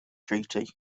treaty